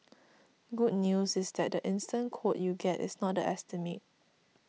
good news is that the instant quote you get is not the estimate